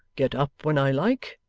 get up when i like,